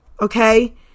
okay